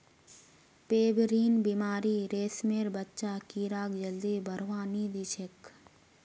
pebrine बीमारी रेशमेर बच्चा कीड़ाक जल्दी बढ़वा नी दिछेक